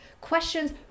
questions